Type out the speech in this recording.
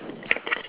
ya sure